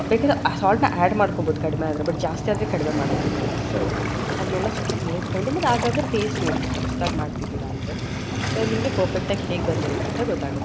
ಬೇಕಾದ್ರೆ ಸಾಲ್ಟನ್ನ ಆ್ಯಡ್ ಮಾಡ್ಕೋಬೋದು ಕಡಿಮೆ ಆದರೆ ಬಟ್ ಜಾಸ್ತಿ ಆದರೆ ಕಡಿಮೆ ಮಾಡೋಕ್ಕಾಗಲ್ಲ ಸೊ ಅದನ್ನೆಲ್ಲ ಸ್ವಲ್ಪ ನೋಡಿಕೊಂಡು ಮತ್ತು ಆಗಾಗ ಟೇಸ್ಟ್ ನೋಡಿ ಹೊಸ್ದಾಗಿ ಮಾಡ್ತಿದ್ದೀರಾ ಅಂದರೆ ಸೊ ನಿಮಗೆ ಪರ್ಫೆಕ್ಟಾಗಿ ಹೇಗೆ ಬಂದಿರುತ್ತೆ ಅಂತ ಗೊತ್ತಾಗುತ್ತೆ